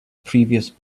previous